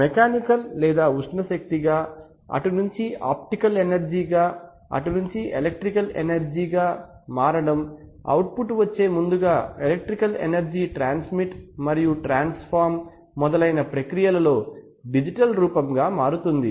mechanical లేదా ఉష్ణశక్తిగాథర్మల్ అటు నుంచి ఆప్టికల్ ఎనర్జీ గా అటునుంచి ఎలక్ట్రికల్ ఎనర్జీ విద్యుత్ శక్తిగా మారడం అవుట్ ఫుట్ వచ్చే ముందుగా ఎలక్ట్రికల్ ఎనర్జీ ట్రాన్స్ మిట్ మరియు ట్రాన్స్ ఫోర్మ్ మొదలైన ప్రక్రియలలో డిజిటల్ రూపం గా మారుతుంది